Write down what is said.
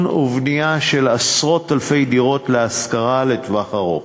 ובנייה של עשרות-אלפי דירות להשכרה לטווח ארוך.